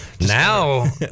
Now